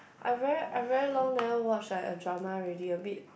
I very I very long never watch like a drama already a bit